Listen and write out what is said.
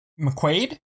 McQuaid